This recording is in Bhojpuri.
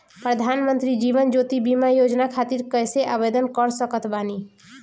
प्रधानमंत्री जीवन ज्योति बीमा योजना खातिर कैसे आवेदन कर सकत बानी?